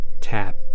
tap